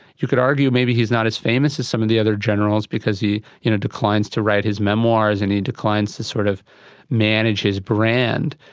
you could argue maybe he's not as famous as some of the other generals because he you know declines to write his memoirs and he declines to sort of manage his brand.